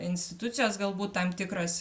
institucijos galbūt tam tikros